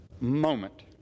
moment